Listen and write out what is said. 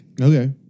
Okay